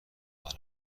غلط